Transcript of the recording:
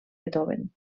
beethoven